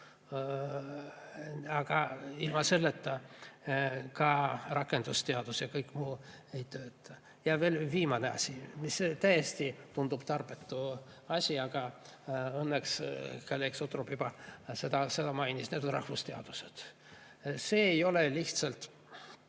Aga ilma selleta ka rakendusteadus ja kõik muu ei tööta. Veel viimane asi, mis tundub täiesti tarbetu asi, aga õnneks kolleeg Sutrop juba seda mainis: need on rahvusteadused. See ei ole lihtsalt